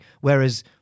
Whereas